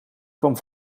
kwam